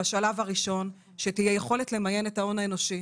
בשלב הראשון, שתהיה יכולת למיין את ההון האנושי